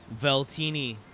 Veltini